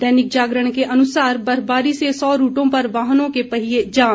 दैनिक जागरण के अनुसार बर्फबारी से सौ रूटों पर वाहनों के पहिये जाम